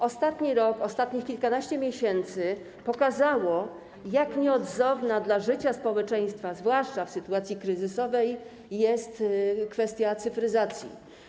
Ostatni rok, ostatnich kilkanaście miesięcy pokazało, jak nieodzowna dla życia społeczeństwa, zwłaszcza w sytuacji kryzysowej, jest kwestia cyfryzacji.